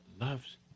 loves